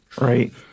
Right